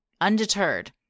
Undeterred